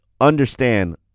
understand